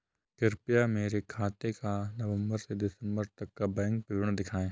कृपया मेरे खाते का नवम्बर से दिसम्बर तक का बैंक विवरण दिखाएं?